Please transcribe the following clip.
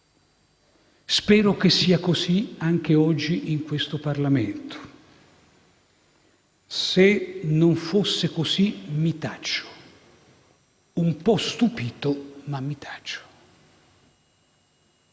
Spero che sia così anche oggi, in questo Parlamento. Se non così fosse mi taccio, un po' stupito, ma mi taccio.